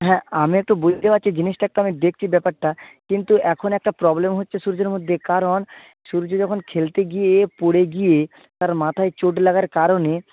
হ্যাঁ আমি তো বুঝতে পারছি জিনিসটা একটু আমি দেখছি ব্যাপারটা কিন্তু এখন একটা প্রবলেম হচ্ছে সূর্যের মধ্যে কারণ সূর্য যখন খেলতে গিয়ে পড়ে গিয়ে তার মাথায় চোট লাগার কারণে